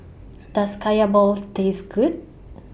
Does Kaya Balls Taste Good